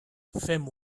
fem